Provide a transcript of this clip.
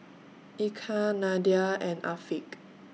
Eka Nadia and Afiq